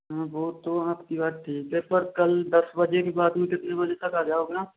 हाँ वो तो आपकी बात ठीक है पर कल दस बजे के बाद में कितने बजे तक आ जाओगे आप